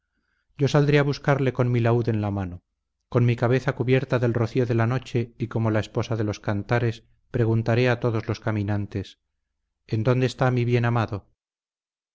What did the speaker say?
yo saldré a buscarle con mi laúd en la mano con mi cabeza cubierta del rocío de la noche y como la esposa de los cantares preguntaré a todos los caminantes en dónde está mi bien amado